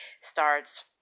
starts